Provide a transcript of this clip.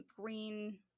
green